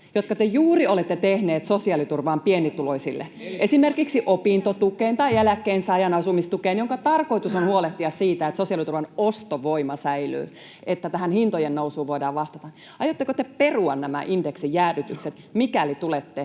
jotka te juuri olette tehneet sosiaaliturvaan pienituloisille, esimerkiksi opintotukeen tai eläkkeensaajan asumistukeen, joiden tarkoitus on huolehtia siitä, että sosiaaliturvan ostovoima säilyy, että tähän hintojen nousuun voidaan vastata? Aiotteko te perua nämä indeksijäädytykset, mikäli tulette